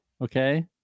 Okay